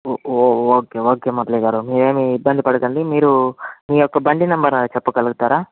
ఓ okay okay Murali గారు మీరేమి ఇబ్బంది పడకండి మీరు మీ యొక్క బండి నెంబర్ చెప్పగలుగుతారా